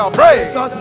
praise